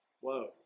Whoa